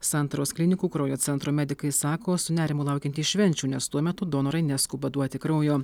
santaros klinikų kraujo centro medikai sako su nerimu laukiantys švenčių nes tuo metu donorai neskuba duoti kraujo